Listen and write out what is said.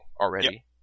already